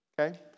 Okay